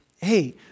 hey